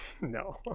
no